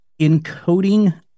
encoding